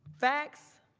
facts